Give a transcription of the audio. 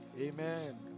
Amen